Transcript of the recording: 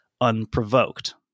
unprovoked